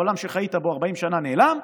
העולם שחיית בו ארבעים שנה נעלם,